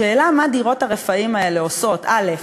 השאלה מה דירות הרפאים האלה עושות, א.